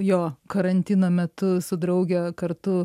jo karantino metu su drauge kartu